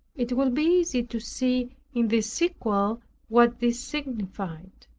it will be easy to see in the sequel what this signified.